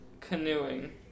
canoeing